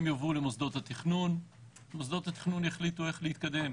יובאו למוסדות התכנון ומוסדות התכנון יחליטו איך להתקדם,